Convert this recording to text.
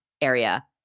area